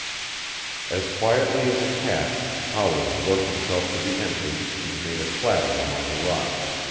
as quietly as a cat howland worked himself to the entrance and made a clatter among the rocks.